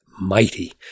mighty